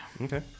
Okay